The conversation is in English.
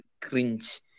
cringe